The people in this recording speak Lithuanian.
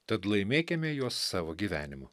tad laimėkime juos savo gyvenimu